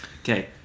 Okay